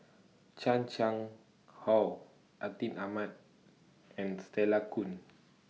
Chan Chang How Atin Amat and Stella Kon